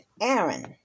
Aaron